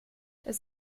das